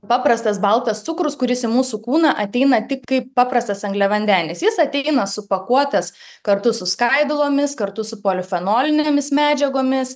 paprastas baltas cukrus kuris į mūsų kūną ateina tik kaip paprastas angliavandenis jis ateina supakuotas kartu su skaidulomis kartu su polifenolinėmis medžiagomis